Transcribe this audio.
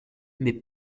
mais